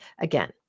again